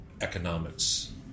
economics